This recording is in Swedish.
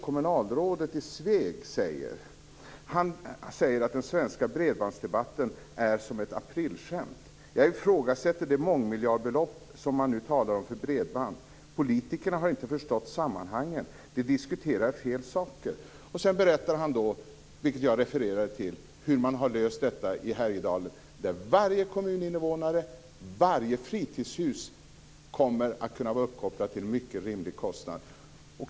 Kommunalrådet i Sveg säger så här: Den svenska bredbandsdebatten är som ett aprilskämt. Jag ifrågasätter det mångmiljardbelopp som man nu talar om för bredband. Politikerna har inte förstått sammanhangen. De diskuterar fel saker. Sedan berättar han, vilket jag refererade till, hur man har löst detta i Härjedalen, där varje kommuninvånare och varje fritidshus kommer att kunna vara uppkopplade till en mycket rimlig kostnad.